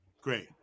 great